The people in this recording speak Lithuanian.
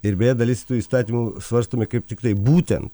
ir beje dalis tų įstatymų svarstomi kaip tiktai būten